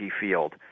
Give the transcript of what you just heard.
field